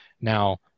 Now